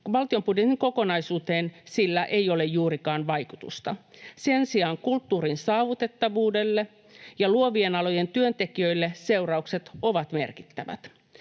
valtion budjetin kokonaisuuteen sillä ei ole juurikaan vaikutusta. Sen sijaan kulttuurin saavutettavuudelle ja luovien alojen työntekijöille seuraukset ovat merkittävät.